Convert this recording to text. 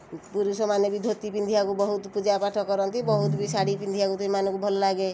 ପୁରୁଷମାନେ ବି ଧୋତି ପିନ୍ଧିବାକୁ ବହୁତ ପୂଜା ପାଠ କରନ୍ତି ବହୁତ ବି ଶାଢ଼ୀ ପିନ୍ଧିବାକୁ ସ୍ତ୍ରୀମାନଙ୍କୁ ଭଲ ଲାଗେ